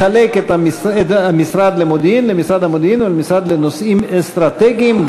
לחלק את משרד המודיעין למשרד המודיעין ולמשרד לנושאים אסטרטגיים.